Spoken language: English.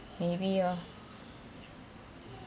maybe ah